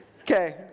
Okay